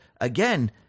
again